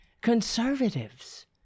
conservatives